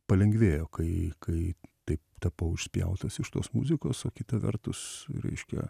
palengvėjo kai taip tapau išspjautas iš tos muzikos o kita vertus reiškia